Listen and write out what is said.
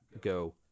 go